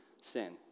sin